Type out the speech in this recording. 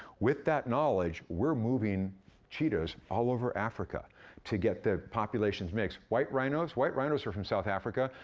with that knowledge, we're moving cheetahs all over africa to get the populations mixed. white rhinos? white rhinos are from south africa.